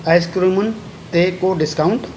आइसक्रीमूनि ते को डिस्काऊंट